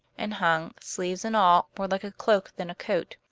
and hung, sleeves and all, more like a cloak than a coat.